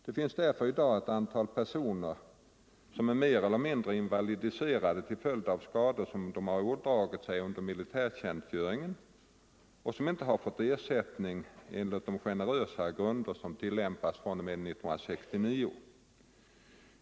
Det finns därför i dag ett antal personer som är mer eller mindre invalidiserade till följd av skador som de har ådragit sig under militärtjänstgöring och som inte har fått ersättning enligt de generösare grunder som tillämpas fr.o.m. år 1969.